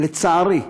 לצערי,